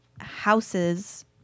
houses